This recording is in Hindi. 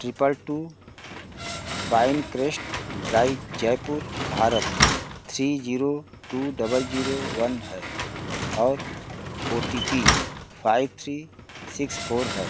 triple two Pinecrest drive Jaipur Bharat three zero two double zero one है और O T P five three six four है